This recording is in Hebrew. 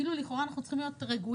לכאורה כאילו אנחנו צריכים להיות רגועים,